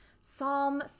Psalm